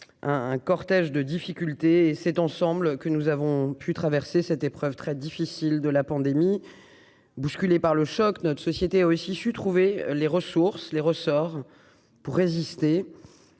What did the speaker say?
un cortège de difficultés, c'est ensemble que nous avons pu traverser cette épreuve très difficile de la pandémie, bousculé par le choc, notre société a aussi su trouver les ressources, les ressorts pour résister